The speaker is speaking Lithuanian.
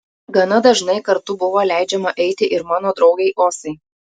gana dažnai kartu buvo leidžiama eiti ir mano draugei osai